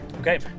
Okay